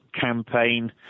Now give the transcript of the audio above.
campaign